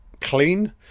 clean